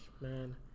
man